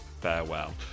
farewell